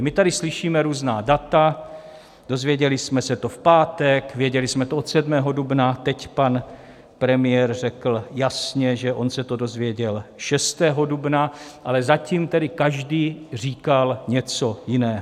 My tady slyšíme různá data, dozvěděli jsme se to v pátek, věděli jsme to od 7. dubna, teď pan premiér řekl jasně, že on se to dozvěděl 6. dubna, ale zatím tedy každý říkal něco jiného.